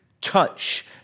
touch